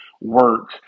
work